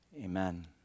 Amen